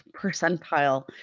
percentile